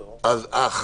1 ההצעה אושרה.